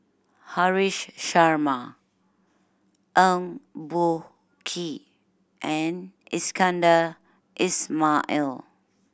Haresh Sharma Eng Boh Kee and Iskandar Ismail